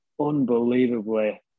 unbelievably